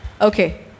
Okay